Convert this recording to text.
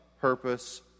purpose